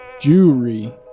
Jewelry